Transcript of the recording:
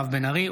מירב בן ארי,